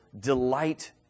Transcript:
delight